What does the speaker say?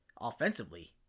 offensively